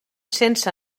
sense